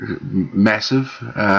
Massive